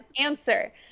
answer